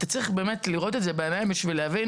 אתה צריך לראות את זה בעיניים בשביל להבין,